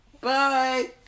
Bye